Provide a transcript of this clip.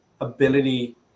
ability